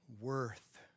worth